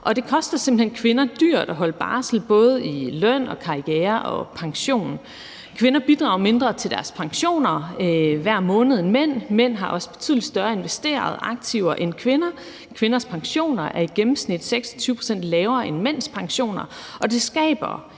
hen kvinder dyrt at holde barsel, både i løn og karriere og pension. Kvinder bidrager mindre til deres pensioner hver måned end mænd. Mænd har også større investerede aktiver end kvinder, og kvinders pensioner er i gennemsnit 26 pct. lavere end mænds pensioner, og det skaber